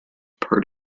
part